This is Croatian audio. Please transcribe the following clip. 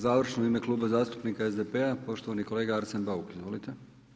Završno u ime Kluba zastupnika SDP-a poštovani kolega Arsen Bauk, izvolite.